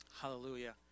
Hallelujah